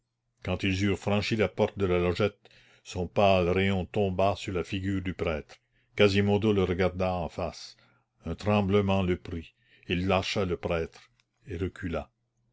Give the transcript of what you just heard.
quand ils eurent franchi la porte de la logette son pâle rayon tomba sur la figure du prêtre quasimodo le regarda en face un tremblement le prit il lâcha le prêtre et recula